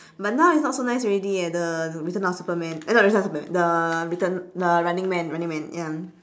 but now it's not so nice already eh the return of superman eh not return of superman the return the running man running man ya